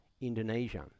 Indonesia